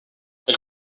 elle